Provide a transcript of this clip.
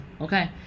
okay